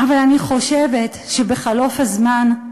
אבל אני חושבת שבחלוף הזמן,